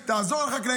תעזור לחקלאים,